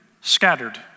Scattered